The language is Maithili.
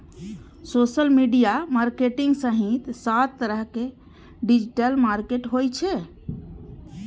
सोशल मीडिया मार्केटिंग सहित सात तरहक डिजिटल मार्केटिंग होइ छै